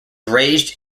raised